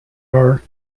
are